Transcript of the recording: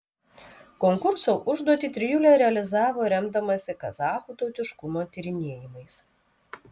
konkurso užduotį trijulė realizavo remdamasi kazachų tautiškumo tyrinėjimais